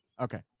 Okay